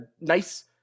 nice